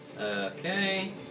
Okay